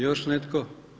Još netko?